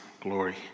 glory